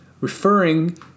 referring